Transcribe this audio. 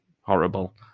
horrible